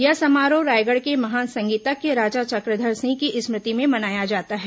यह समारोह रायगढ़ के महान संगीतज्ञ राजा चक्रधर सिंह की स्मृति में मनाया जाता है